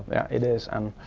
yeah, it is, and